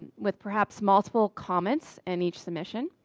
with perhaps multiple comments in each submission,